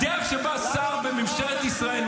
למה לא נבחרת?